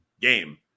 game